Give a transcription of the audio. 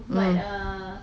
mm